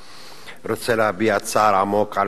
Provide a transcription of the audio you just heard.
אני קודם כול רוצה להביע צער עמוק על